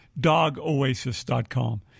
dogoasis.com